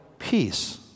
peace